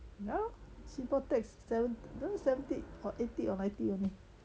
no seaport tax seve~ seventy or eighty or ninety only